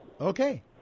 Okay